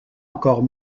encore